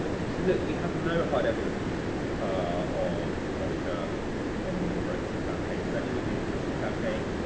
look, we have no hard evidence of russia funding the brexit campaign. certainly not the official campaign.